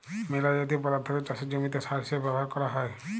ম্যালা জলীয় পদাথ্থকে চাষের জমিতে সার হিসেবে ব্যাভার ক্যরা হ্যয়